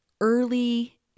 early